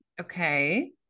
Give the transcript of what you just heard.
okay